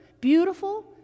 beautiful